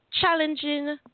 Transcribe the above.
challenging